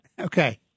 Okay